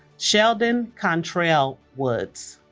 sheldon contrell woods